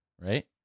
Right